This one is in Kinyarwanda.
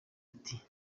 ati